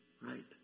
right